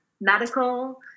medical